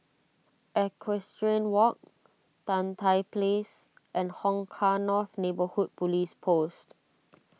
Equestrian Walk Tan Tye Place and Hong Kah North Neighbourhood Police Post